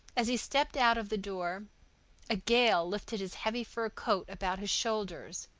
as he stepped out of the door a gale lifted his heavy fur coat about his shoulders.